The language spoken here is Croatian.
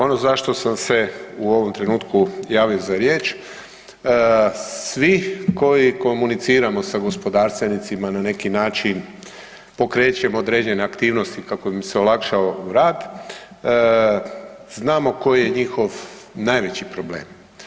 Ono za što sam se u ovom trenutku javio za riječ, svi koji komuniciramo sa gospodarstvenicima na neki način, pokrećemo određene aktivnosti kako bi im se olakšao rad, znamo koji je njihov najveći problem.